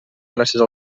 gràcies